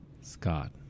Scott